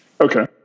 Okay